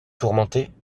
tourmentée